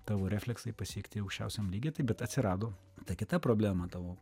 tavo refleksai pasiekti aukščiausiam lygyje taip bet atsirado ta kita problema tavo